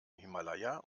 himalaya